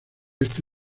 este